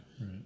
right